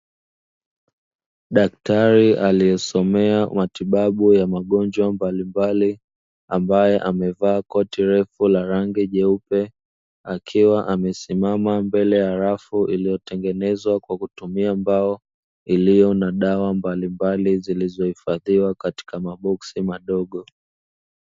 Daktari aliyesomea matibabu ya magonjwa mbalimbali, ambaye amevaa koti refu la rangi nyeupe, akiwa amesimama mbele ya rafu iliyotengenezwa kwa kutumia mbao, iliyo na dawa mbalimbali zilizohifadhiwa katika maboksi madogo.